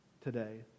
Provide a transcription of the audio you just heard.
today